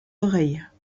oreilles